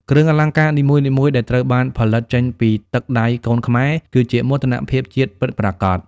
គ្រឿងអលង្ការនីមួយៗដែលត្រូវបានផលិតចេញពីទឹកដៃកូនខ្មែរ គឺជាមោទនភាពជាតិពិតប្រាកដ។